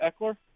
Eckler